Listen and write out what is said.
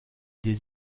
des